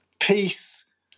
Peace